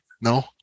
No